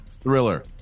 thriller